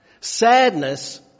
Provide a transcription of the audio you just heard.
Sadness